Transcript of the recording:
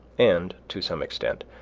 and, to some extent,